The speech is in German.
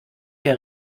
der